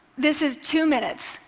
this is two minutes.